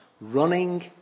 running